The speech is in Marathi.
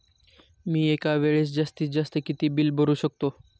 मी एका वेळेस जास्तीत जास्त किती बिल भरू शकतो?